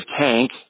tank